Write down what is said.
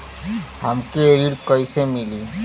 हमके ऋण कईसे मिली?